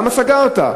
למה סגרת?